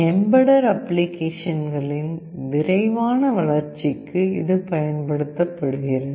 embedded அப்ளிகேஷன்களின் விரைவான வளர்ச்சிக்கு இது பயன்படுத்தப்படுகிறது